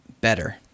better